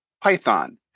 Python